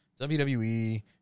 WWE